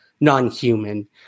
non-human